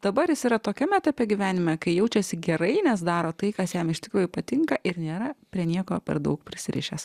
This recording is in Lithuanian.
dabar jis yra tokiam etape gyvenime kai jaučiasi gerai nes daro tai kas jam iš tikrųjų patinka ir nėra prie nieko per daug prisirišęs